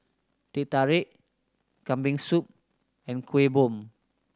Teh Tarik Kambing Soup and Kuih Bom